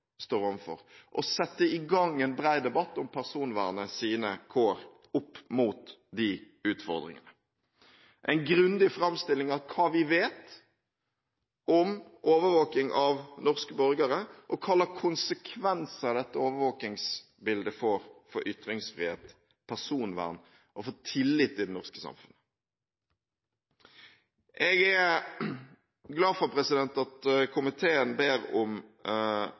står overfor, og sette i gang en bred debatt om personvernets kår opp mot de utfordringene – en grundig framstilling av hva vi vet om overvåking av norske borgere, og hva slags konsekvenser dette overvåkingsbildet får for ytringsfrihet, personvern og tillit i det norske samfunnet. Jeg er glad for at komiteen ber om